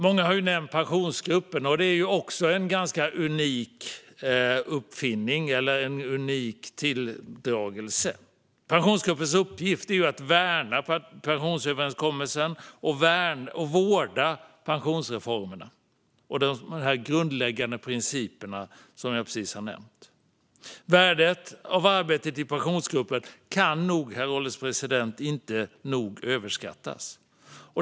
Många har nämnt Pensionsgruppen, som är en ganska unik uppfinning eller tilldragelse. Pensionsgruppens uppgift är att värna pensionsöverenskommelsen och att vårda pensionsreformen och de grundläggande principer jag nyss nämnde. Värdet av arbetet i Pensionsgruppen kan inte överskattas.